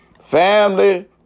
Family